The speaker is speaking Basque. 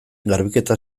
garbiketa